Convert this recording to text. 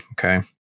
Okay